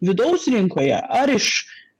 vidaus rinkoje ar iš